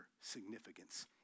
significance